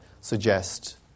suggest